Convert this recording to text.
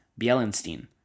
Bielenstein